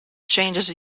changes